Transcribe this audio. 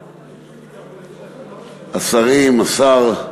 השרים, השר,